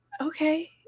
okay